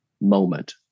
moment